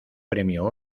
premio